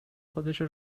خودشو